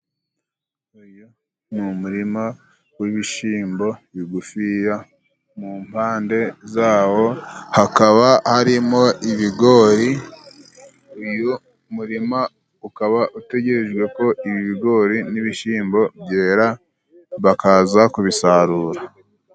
Uyu murima w'ibishimbo bigufiya， mu mpande zawo hakaba harimo ibigori. Uyu murima ukaba utegerejwe ko ibi bigori n'ibishimbo byera bakaza kubisarura.